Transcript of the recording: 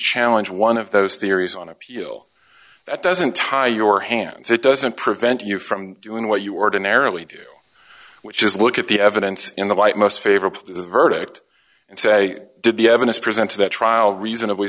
challenge one of those theories on appeal that doesn't tie your hands it doesn't prevent you from doing what you ordinarily do we just look at the evidence in the light most favorable to the verdict and say did the evidence presented at trial reasonably